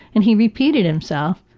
and he repeated himself,